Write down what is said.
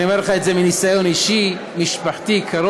אני אומר לך את זה מניסיון אישי משפחתי קרוב.